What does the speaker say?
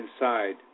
inside